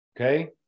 Okay